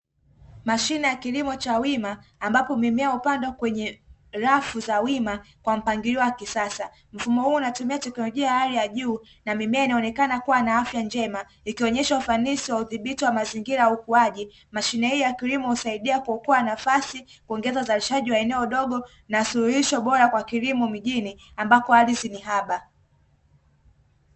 Mashine ya kilimo cha wima, ambapo mimea hupandwa kwenye rafu za wima kwa mpangilio wa kisasa, mfumo huu unatumia teknolojia ya hali ya juu na mimea inaonekana na afya njema, ikionyesha ufanisi wa kudhibiti wa mazingira ya ukuaji, mashine hii ya kilimo husaidia kuokoa nafasi kuongeza uzalishaji wa eneo dogo, na suluhisho bora kwa kilimo mjini ambopo ardhi ni haba.